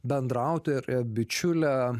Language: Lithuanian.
bendraautore bičiule